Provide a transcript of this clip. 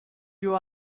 you